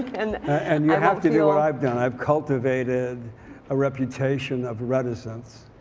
and and you have to do what i've done. i've cultivated a reputation of reticence.